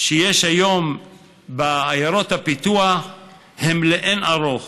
שיש היום בעיירות הפיתוח הן לאין ערוך.